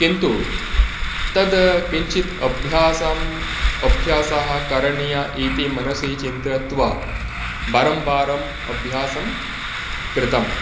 किन्तु तद् किञ्चित् अभ्यासम् अभ्यासाः करणीया इति मनसि चिन्तयित्वा वारं वारम् अभ्यासं कृतम्